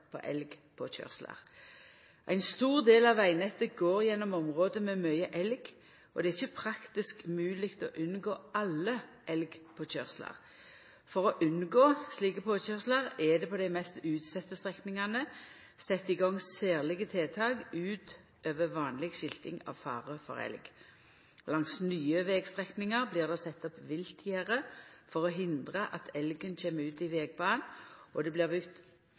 på elgpåkøyrslar. Ein stor del av vegnettet går gjennom område med mykje elg, og det er ikkje praktisk mogleg å unngå alle elgpåkøyrslar. For å unngå slike påkøyrslar er det på dei mest utsette strekningane sett i gang særlege tiltak utover vanleg skilting av fare for elg. Langs nye vegstrekningar blir det sett opp viltgjerde for å hindra at elgen kjem ut i vegbanen, og det blir bygt